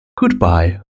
Goodbye